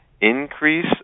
increase